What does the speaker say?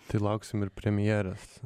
tai lauksim ir premjeras